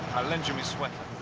lend you me sweater.